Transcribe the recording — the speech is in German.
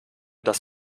dass